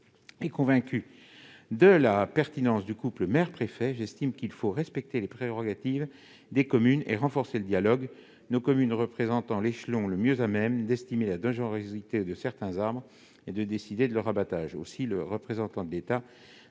convaincu de la pertinence du couple maire-préfet, qu'il faut respecter les prérogatives des communes et renforcer le dialogue. Dans la mesure où nos communes représentent l'échelon le mieux à même d'estimer la dangerosité de certains arbres et de décider de leur abattage, le représentant de l'État